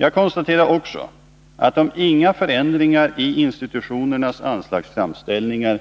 Jag konstaterar också att om inga förändringar i institutionernas anslagsframställningar